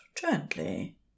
gently